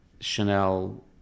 Chanel